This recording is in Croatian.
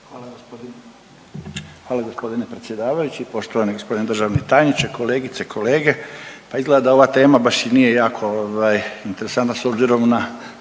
Hvala gospodine predsjedavajući. Poštovani gospodine državni tajniče, kolegice i kolege, pa izgleda da ova tema baš i nije jako ovaj interesantna s obzirom na